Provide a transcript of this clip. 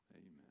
Amen